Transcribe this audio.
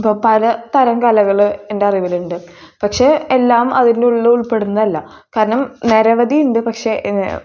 ഇപ്പോൾ പലതരം കലകൾ എൻ്റെ അറിവിലുണ്ട് പക്ഷേ എല്ലാം അതിനുള്ളിൽ ഉൾപ്പെടുന്നതല്ല കാരണം നിരവധി ഉണ്ട് പക്ഷേ എ